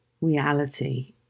reality